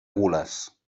gules